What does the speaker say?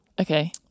okay